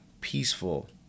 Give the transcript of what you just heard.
peaceful